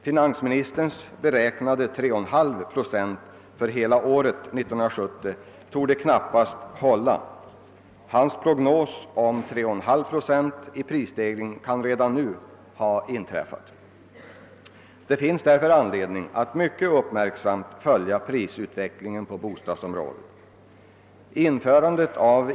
Finansministerns beräkning, 3,5 procent för hela 1970, torde knappast hålla. 3,5 procents prisstegring kan redan nu ha uppnåtts. Det finns därför anledning att mycket uppmärksamt följa prisutvecklingen på bostadsområdet.